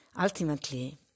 ultimately